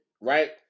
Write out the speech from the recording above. right